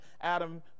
Adam